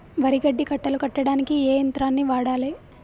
వరి గడ్డి కట్టలు కట్టడానికి ఏ యంత్రాన్ని వాడాలే?